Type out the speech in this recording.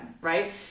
right